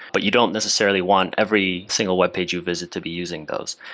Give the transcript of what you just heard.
but you don't necessarily want every single webpage you visit to be using those.